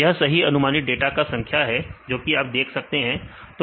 यह सही अनुमानित डाटा का संख्या है जो कि आप देख सकते हैं